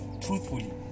truthfully